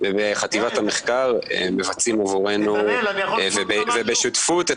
בחטיבת המחקר מבצעים עבורנו ובשותפות את